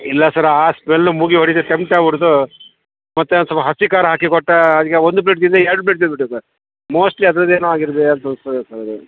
ಇಲ್ಲ ಸರ್ ಆ ಸ್ಮೆಲ್ಲು ಮೂಗಿಗೆ ಹೊಡಿತದ ಟೆಂಪ್ಟ್ ಆಗಿಬಿಡ್ತು ಮತ್ತೆ ಒನ್ ಸ್ವಲ್ಪ ಹಸಿ ಖಾರ ಹಾಕಿ ಕೊಟ್ಟ ಅದಕ್ಕೆ ಒಂದು ಪ್ಲೇಟ್ ತಿಂದೆ ಎರಡು ಪ್ಲೇಟ್ ತಿಂದ್ಬಿಟ್ಟೆ ಸರ್ ಮೋಸ್ಟ್ಲಿ ಅದ್ರದ್ದು ಏನೋ ಆಗಿರೋದು